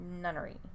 Nunnery